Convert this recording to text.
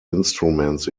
instruments